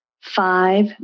five